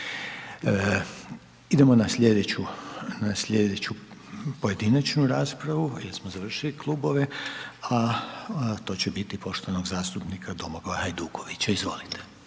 Idemo na sljedeću pojedinačnu raspravu, jer smo završili klubove, a to će biti poštovanog zastupnika Domagoja Hajdukovića, izvolite.